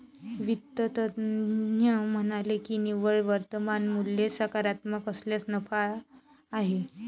वित्त तज्ज्ञ म्हणाले की निव्वळ वर्तमान मूल्य सकारात्मक असल्यास नफा आहे